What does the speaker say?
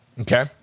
Okay